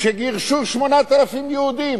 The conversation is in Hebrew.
כשגירשו 8,000 יהודים?